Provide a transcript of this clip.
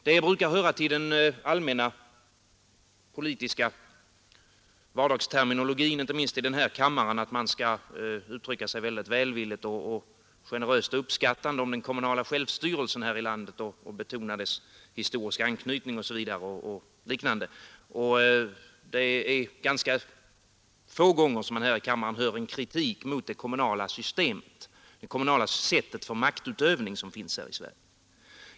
Det brukar höra till den allmänna politiska vardagsterminologin, inte minst i den här kammaren, att man skall uttrycka sig mycket välvilligt och generöst uppskattande om den kommunala självstyrelsen här i landet, betona dess historiska anknytning osv. Det är ganska sällan som man i denna kammare hör en kritik mot det sätt för kommunal maktutövning som vi har här i Sverige.